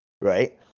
right